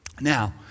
Now